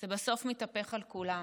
זה בסוף מתהפך על כולם.